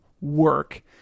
work